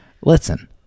Listen